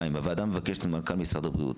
הוועדה מבקשת ממנכ"ל משרד הבריאות